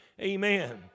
Amen